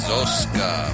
Zoska